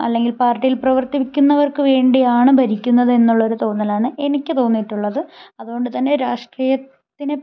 അല്ലെങ്കിൽ പാർട്ടിയിൽ പ്രവൃത്തിക്കുന്നവർക്ക് വേണ്ടിയാണ് ഭരിക്കുന്നത് എന്നുള്ളൊരു തോന്നലാണ് എനിക്ക് തോന്നിയിട്ടുള്ളത് അതുകൊണ്ട് തന്നെ രാഷ്ടിയത്തിനെ